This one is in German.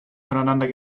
voneinander